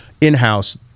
in-house